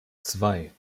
zwei